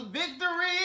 victory